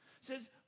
says